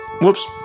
whoops